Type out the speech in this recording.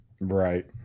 right